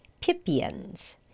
pipiens